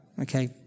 Okay